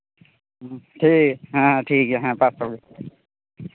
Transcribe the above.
ᱴᱷᱤᱠ ᱜᱮᱭᱟ ᱦᱮᱸ ᱴᱷᱤᱠ ᱜᱮᱭᱟ ᱯᱟᱸᱥᱥᱳ ᱜᱮ